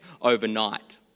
overnight